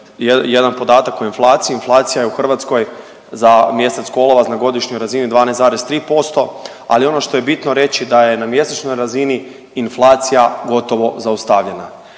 jedan podatak o inflaciji, inflacija u Hrvatskoj za mjesec kolovoz na godišnjoj razini 12,3%, ali ono što je bitno reći, da je na mjesečnoj razini inflacija gotovo zaustavljena.